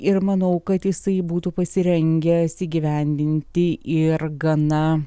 ir manau kad jisai būtų pasirengęs įgyvendinti ir gana